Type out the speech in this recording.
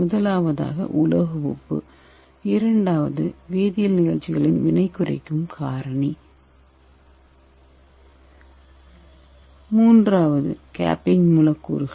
முதலாவதாக உலோக உப்பு இரண்டாவது வேதியல் நிகழ்ச்சிகளின் வினை குறைக்கும் காரணி மூன்றாவது கேப்பிங் மூலக்கூறுகள்